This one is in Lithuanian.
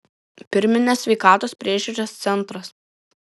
pirminės sveikatos priežiūros centras